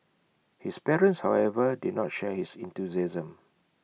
his parents however did not share his enthusiasm